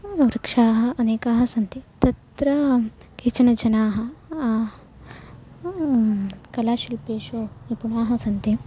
वृक्षाः अनेकाः सन्ति तत्र केचन जनाः कलाशिल्पेषु निपुणाः सन्ति